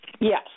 Yes